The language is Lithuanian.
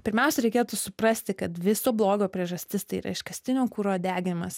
pirmiausia reikėtų suprasti kad viso blogio priežastis tai yra iškastinio kuro deginimas